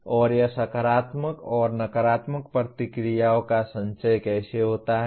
और यह सकारात्मक और नकारात्मक प्रतिक्रियाओं का संचय कैसे होता है